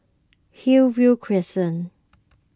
Hillview Crescent